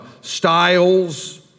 styles